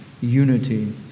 unity